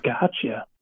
Gotcha